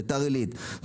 ביתר עילית,